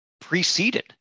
preceded